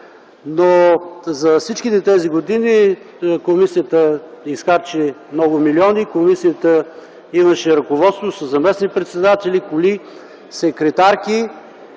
За всички тези години Комисията изхарчи много милиони, комисията имаше ръководство със заместник-председатели, коли, секретарки,